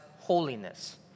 holiness